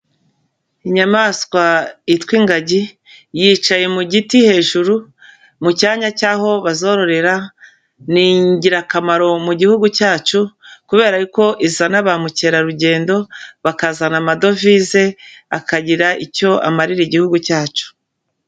Inyamaswa yitwa ingagi yicaye mu giti hejuru, mu cyanya cy'aho bazororera, ni ingirakamaro mu gihugu cyacu, kubera ko izana ba mukerarugendo bakazana amadovize, akagira icyo amarira igihugu cyacu.